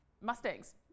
mustangs